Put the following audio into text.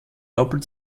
doppelt